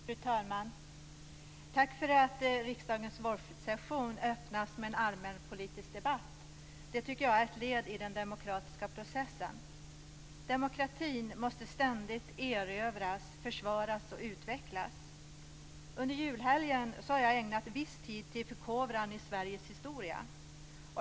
Fru talman! Tack för att riksdagens vårsession öppnas med en allmänpolitisk debatt. Det tycker jag är ett led i den demokratiska processen. Demokratin måste ständigt erövras, försvaras och utvecklas. Under julhelgen har jag ägnat viss tid till förkovran i Sveriges historia.